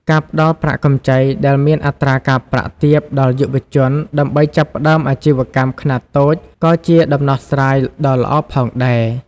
ការផ្តល់ប្រាក់កម្ចីដែលមានអត្រាការប្រាក់ទាបដល់យុវជនដើម្បីចាប់ផ្តើមអាជីវកម្មខ្នាតតូចក៏ជាដំណោះស្រាយដ៏ល្អផងដែរ។